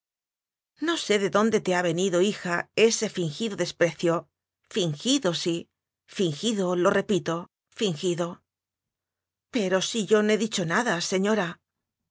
no sé de dónde te ha venido hija ese fingido desprecio fingido sí fingido lo re pito fingido pero si yo no he dicho nada señora